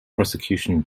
prosecution